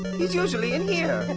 he's usually in here.